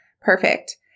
Perfect